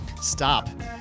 Stop